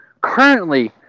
currently